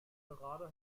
gerade